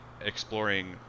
exploring